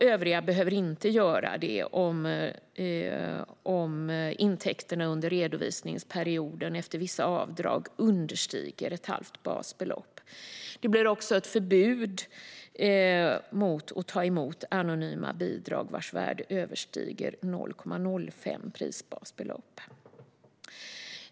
Övriga behöver inte göra det om intäkterna under redovisningsperioden efter vissa avdrag understiger ett halvt basbelopp. Det blir också ett förbud mot att ta emot anonyma bidrag vars värde överstiger 0,05 prisbasbelopp.